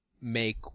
make